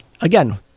again